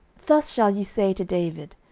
thus shall ye say to david,